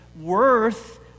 worth